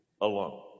alone